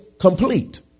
complete